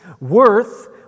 Worth